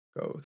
go